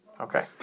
Okay